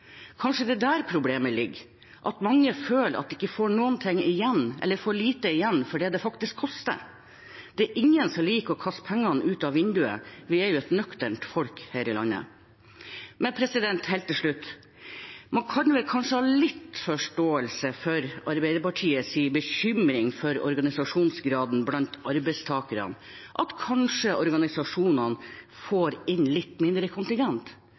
Kanskje det er der problemet ligger, at mange føler at de ikke får noen ting eller får lite igjen for det det faktisk koster? Det er ingen som liker å kaste pengene ut av vinduet, vi er et nøkternt folk her i landet. Helt til slutt: Man kan vel kanskje ha litt forståelse for Arbeiderpartiets bekymring for organisasjonsgraden blant arbeidstakerne og at organisasjonene får inn litt mindre midler i kontingent.